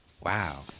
wow